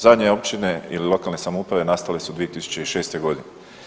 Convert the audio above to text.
Zadnje općine ili lokalne samouprave nastale su 2006. godine.